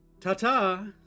Ta-ta